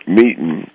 meeting